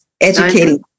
educating